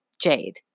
Jade